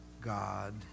God